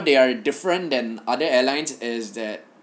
they are different than other airlines is that